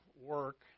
work